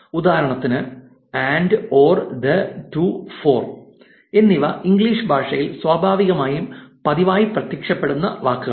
ഉദാഹരണത്തിന് and or the to for എന്നിവ English ഭാഷയിൽ സ്വാഭാവികമായും പതിവായി പ്രത്യക്ഷപ്പെടുന്ന വാക്കുകളാണ്